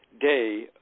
day